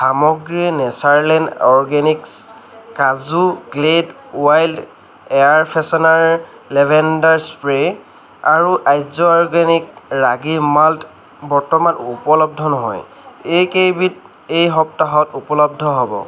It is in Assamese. সামগ্ৰী Natureland organics kaju Glade wild air freshener lavender spray আৰু আৰ্য অৰ্গেনিক ৰাগী মাল্ট বৰ্তমান উপলব্ধ নহয় এইকেইবিধ এই সপ্তাহত উপলব্ধ হ'ব